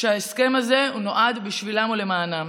שההסכם הזה נועד בשבילם ולמענם.